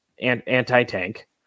anti-tank